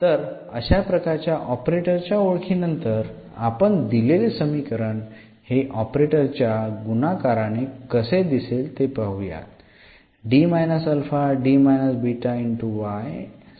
तर अशा प्रकारच्या ऑपरेटर च्या ओळखीनंतर आपण दिलेले समीकरण हे ऑपरेटर च्या गुणाकाराने कसे दिसेल ते पाहुयात